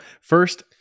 first